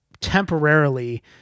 temporarily